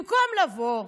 במקום לבוא,